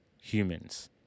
humans